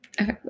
Okay